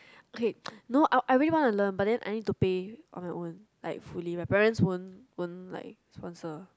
okay no I I really wanna learn but then I need to pay on my own like fully my parents won't won't like sponsor